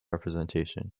representation